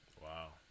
Wow